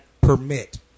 permit